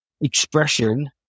expression